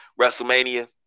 WrestleMania